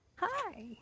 Hi